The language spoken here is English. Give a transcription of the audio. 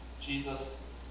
Jesus